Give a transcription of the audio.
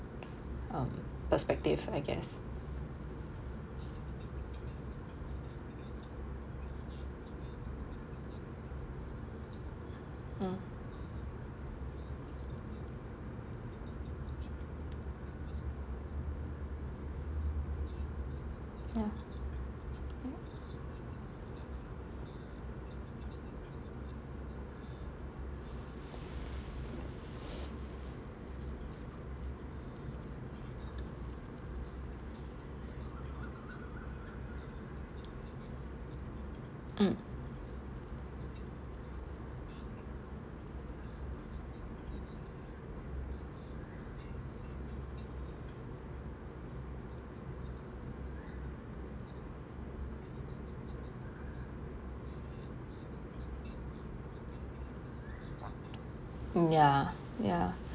um perspective I guess mm ya mm mm ya ya